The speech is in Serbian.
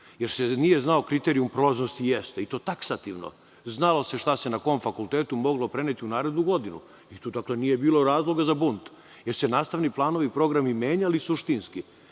Jel se nije znao kriterijum prolaznosti? Jeste i to taksativno. Znalo se šta se na kom fakultetu moglo preneti u narednu godinu i tu dakle, nije bilo razloga za bunt. Jel su se nastavni planovi i programi menjali suštinski?